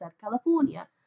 california